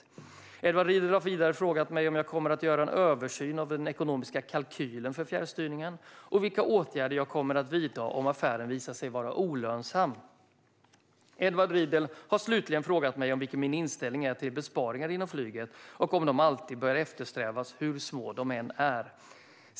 Edward Riedl har vidare frågat mig om jag kommer att göra en översyn av den ekonomiska kalkylen för fjärrstyrningen och vilka åtgärder jag kommer att vidta om affären visar sig vara olönsam. Edward Riedl har slutligen frågat mig vilken min inställning är till besparingar inom flyget och om de alltid bör eftersträvas, hur små de än är.